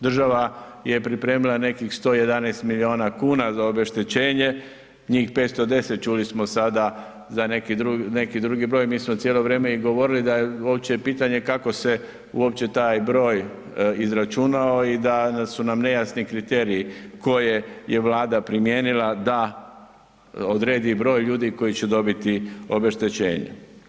Država je pripremila nekih 111 miliona kuna za obeštećenje, njih 510, čuli smo sada za neki drugi broj, mi smo cijelo vrijeme i govorili da je uopće pitanje kako se uopće taj broj izračunao i da su nam nejasni kriteriji koje je Vlada primijenila da odredi broj ljudi koji će dobiti obeštećenje.